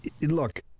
look